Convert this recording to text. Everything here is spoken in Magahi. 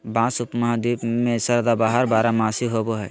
बाँस उपमहाद्वीप में सदाबहार बारहमासी होबो हइ